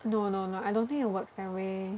no no no I don't think it works that way